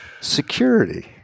security